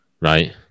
right